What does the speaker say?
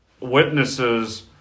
witnesses